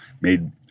made